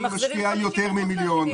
אני משקיע יותר ממיליון.